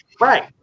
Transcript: Right